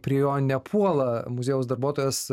prie jo nepuola muziejaus darbuotojas